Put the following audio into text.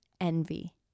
envy